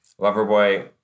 Loverboy